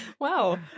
wow